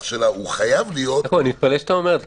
שלה חייב להיות --- אני מתפלא שאתה אומר את זה.